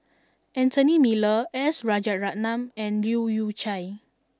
Anthony Miller S Rajaratnam and Leu Yew Chye